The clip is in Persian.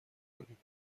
کنیم